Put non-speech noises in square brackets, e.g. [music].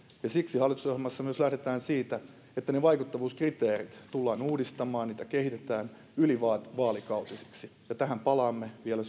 ja siksi hallitusohjelmassa myös lähdetään siitä että ne vaikuttavuuskriteerit tullaan uudistamaan ja niitä kehitetään ylivaalikautisiksi ja tähän palaamme vielä [unintelligible]